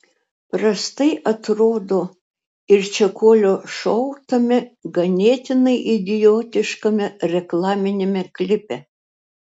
prastai atrodo ir čekuolio šou tame ganėtinai idiotiškame reklaminiame klipe